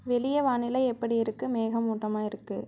வெளியே வானிலை எப்படி இருக்குது மேகமூட்டமாக இருக்குது